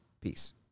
Peace